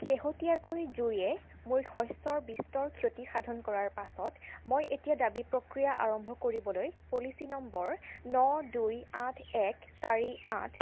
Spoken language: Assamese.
শেহতীয়াকৈ জুইয়ে মোৰ শস্যৰ বিস্তৰ ক্ষতি সাধন কৰাৰ পাছত মই এতিয়া দাবী প্ৰক্ৰিয়া আৰম্ভ কৰিবলৈ পলিচি নম্বৰ ন দুই আঠ এক চাৰি আঠ